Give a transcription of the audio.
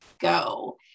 go